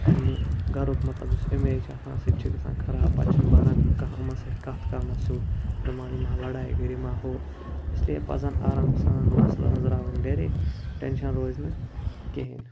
پنٛنہِ گَرُک مطلب یُس اِمیج چھِ آسان اَتھ سُہ تہِ چھِ گژھان خراب پَتہٕ چھِںہٕ بہران کانٛہہ یِمَن سۭتۍ کَتھ کَرنَس سیٚود دَپان یِمَن ہہ لَڑاے گٔری ماحول اِسلیے پَزَن آرام سان مسلہٕ أنٛزراوٕنۍ گَرے ٹٮ۪نشَنطتعنسیہنظ روزِ نہٕ کِہیٖنۍ